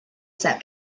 set